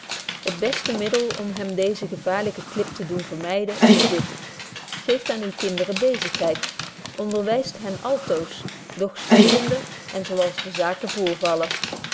het beste middel om hen deeze gevaarlyke klip te doen vermyden is dit geeft aan uwe kinderen bezigheid onderwyst hen altoos doch speelende en zo als de zaken voorvallen